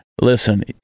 listen—